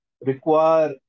require